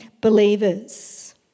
believers